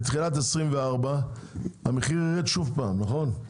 בתחילת 2024 המחיר ירד שוב, נכון?